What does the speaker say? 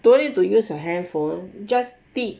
don't need to use your handphone just